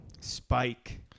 Spike